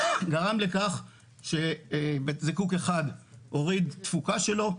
גרם לכך שבית זיקוק אחד הוריד תפוקה שלו,